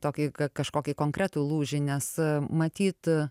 tokį kažkokį konkretų lūžį nes matyt